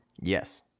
Yes